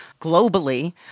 globally